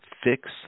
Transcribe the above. Fix